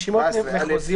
ברור.